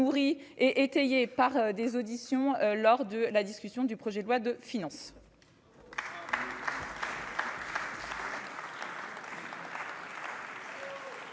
étayés par des auditions, lors de la discussion du projet de loi de finances.